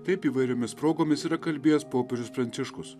taip įvairiomis progomis yra kalbėjęs popiežius pranciškus